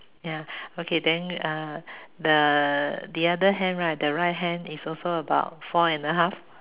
ya okay then uh the the other hand right the right hand is also about four and a half